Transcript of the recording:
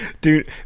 dude